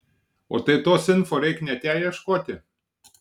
o tai tos info reik nete ieškoti